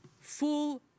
full